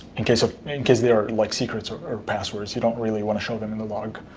in case i mean case they are like secrets or passwords. you don't really want to show them in the log.